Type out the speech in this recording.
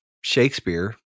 Shakespeare